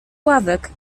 ławek